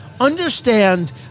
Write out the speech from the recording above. understand